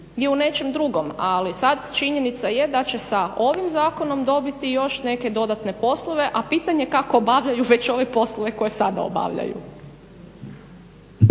je u nečemu drugome, ali sad činjenica je da će sa ovim zakonom dobiti još neke dodatne poslove a pitanje je kako obavljaju već ove poslove koje sada obavljaju.